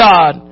God